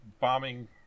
bombing